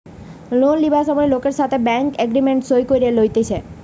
loan লিবার সময় লোকের সাথে ব্যাঙ্ক এগ্রিমেন্ট সই করে লইতেছে